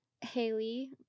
Haley